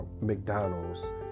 McDonald's